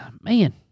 man